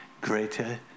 greater